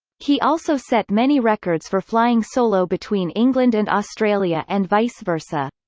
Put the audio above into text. he also set many records for flying solo between england and australia and vice versa.